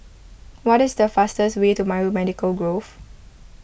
what is the fastest way to Biomedical Grove